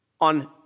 on